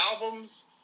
albums